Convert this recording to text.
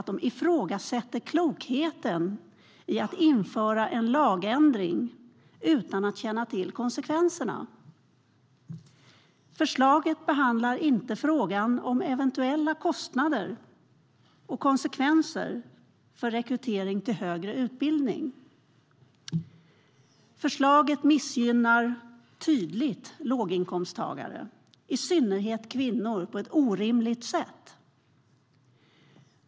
De ifrågasätter klokheten i att införa en lagändring utan att känna till konsekvenserna. Förslaget behandlar inte frågan om eventuella kostnader och konsekvenser för rekrytering till högre utbildning. Förslaget missgynnar tydligt låginkomsttagare, i synnerhet kvinnor, på ett orimligt sätt.